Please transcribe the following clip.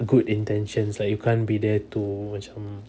good intentions like you can't be there to macam